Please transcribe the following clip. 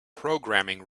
programming